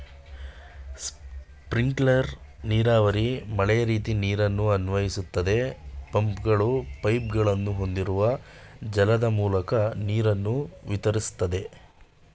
sprinkler ನೀರಾವರಿ ಮಳೆರೀತಿ ನೀರನ್ನು ಅನ್ವಯಿಸ್ತದೆ ಪಂಪ್ಗಳು ಪೈಪ್ಗಳನ್ನು ಹೊಂದಿರುವ ಜಾಲದ ಮೂಲಕ ನೀರನ್ನು ವಿತರಿಸ್ತದೆ